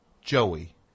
Joey